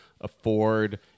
afford